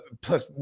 plus